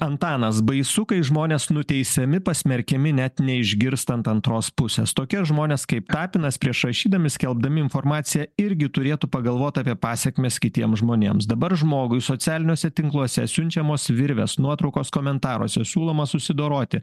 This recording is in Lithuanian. antanas baisu kai žmonės nuteisiami pasmerkiami net neišgirstant antros pusės tokie žmonės kaip tapinas prieš rašydami skelbdami informaciją irgi turėtų pagalvot apie pasekmes kitiem žmonėms dabar žmogui socialiniuose tinkluose siunčiamos virvės nuotraukos komentaruose siūloma susidoroti